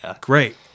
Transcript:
great